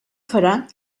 farà